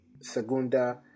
Segunda